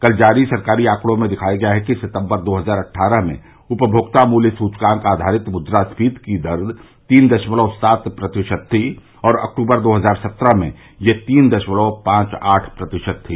कल जारी सरकारी आंकड़ों में दिखाया गया र्हे कि सितम्बर दो हजार अट्ठारह में उपभोक्ता मूल्य सूचकांक आधारित मुद्रास्फीति की दर तीन दशमलव सात प्रतिशत थी और अक्तूबर दो हजार सत्रह में यह तीन दशमलव पांच आठ प्रतिशत थी